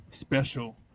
special